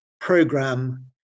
program